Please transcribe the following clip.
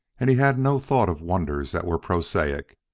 and he had no thought of wonders that were prosaic,